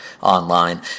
online